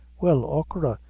well, achora,